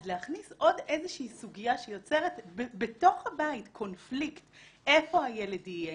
אז להכניס עוד איזושהי סוגיה שיוצרת בתוך הבית קונפליקט איפה הילד יהיה,